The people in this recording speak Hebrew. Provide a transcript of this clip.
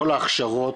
כל ההכשרות,